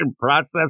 process